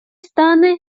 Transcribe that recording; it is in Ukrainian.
стане